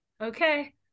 okay